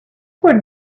for